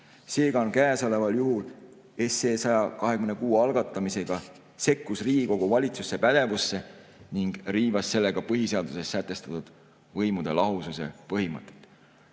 Seega on käesoleval juhul SE 726 algatamisega sekkus Riigikogu valitsuse pädevusse ning riivas sellega põhiseaduses sätestatud võimude lahususe põhimõtet."